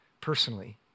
personally